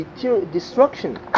destruction